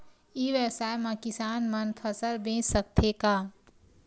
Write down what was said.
ई व्यवसाय म किसान मन फसल बेच सकथे का?